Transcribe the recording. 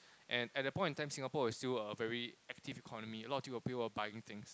and at that point in time Singapore was still a very active economy a lot of people was buying things